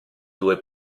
due